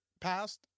passed